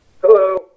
Hello